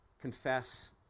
Confess